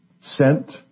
sent